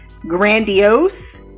grandiose